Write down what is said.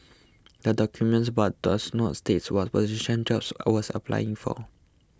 the document but does not state what position Jobs was applying for